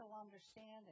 understanding